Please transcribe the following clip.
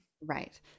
right